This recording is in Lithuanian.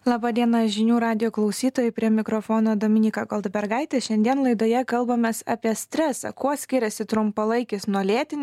laba diena žinių radijo klausytojai prie mikrofono dominykgoldbergaitė šiandien laidoje kalbamės apie stresą kuo skiriasi trumpalaikis nuo lėtinio